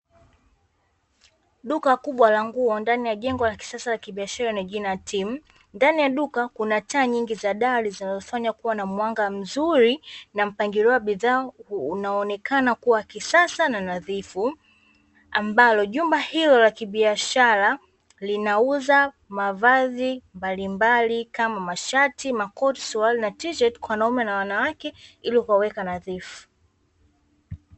Duka kubwa la nguo ndani ya jengo la kisasa la kibiashara lenye jina 'TEAM', ndani ya duka kuna taa nyingi za dari zinazofanya kuwa na mwanga mzuri na mpangilio wa bidhaa unaonekana kuwa wa kisasa na nadhifu, ambalo jumba hilo la kibiashara linauza mavazi mbalimbali kama mashati, makoti, suruali na tisheti kwa wanaume na wanawake ili kuwaweka nadhifu.